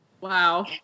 Wow